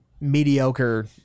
mediocre